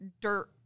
dirt